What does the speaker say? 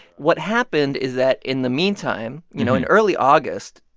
what happened is that in the meantime you know, in early august,